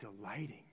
delighting